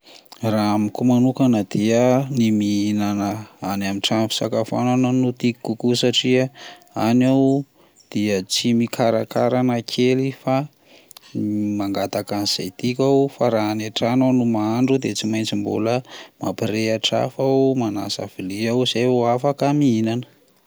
Raha amiko manokana dia ny mihinana any an-trano fisakafoanana no tiako kokoa satria any aho dia tsy mikarakara na kely fa mangataka izay tiako aho, fa raha any an-trano aho no mahandro dia tsy maintsy mampirehatra afo aho, manasa vilia aho, izay vo afaka mihinana.